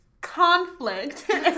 conflict